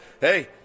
hey